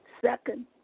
Second